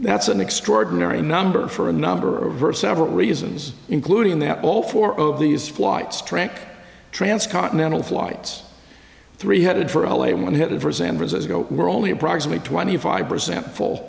that's an extraordinary number for a number of verse several reasons including that all four of these flights track transcontinental flights three headed for l a one headed for san francisco were only approximate twenty five percent full